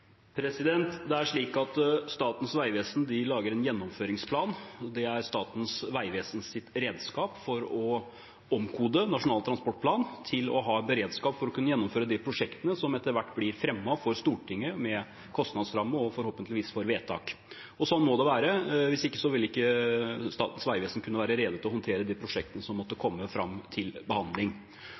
Det er slik at Statens vegvesen lager en gjennomføringsplan. Det er Statens vegvesens redskap for å omkode Nasjonal transportplan, til å ha beredskap for å kunne gjennomføre de prosjektene som etter hvert blir fremmet for Stortinget med kostnadsramme, og som forhåpentligvis får vedtak. Sånn må det være. Hvis ikke vil ikke Statens vegvesen kunne være rede til å håndtere de prosjektene som måtte komme fram til behandling.